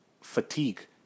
fatigue